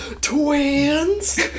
twins